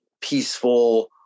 peaceful